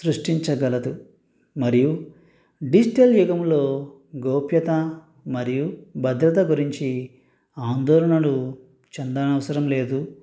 సృష్టించగలదు మరియు డిజిటల్ యుగంలో గోప్యత మరియు భద్రత గురించి ఆందోళనలు చెందనవసరం లేదు